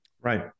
right